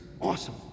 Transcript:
awesome